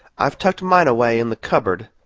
i've tucked mine away in the cupboard,